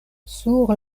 sur